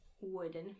wooden